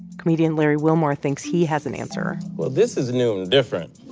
comedian larry wilmore thinks he has an answer well, this is new and different